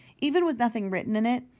even with nothing written in it,